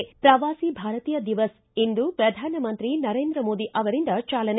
ಿ ಪ್ರವಾಸಿ ಭಾರತೀಯ ದಿವಸ್ ಇಂದು ಪ್ರಧಾನಮಂತ್ರಿ ನರೇಂದ್ರ ಮೋದಿ ಅವರಿಂದ ಚಾಲನೆ